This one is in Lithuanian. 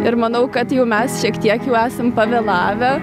ir manau kad jau mes šiek tiek jau esam pavėlavę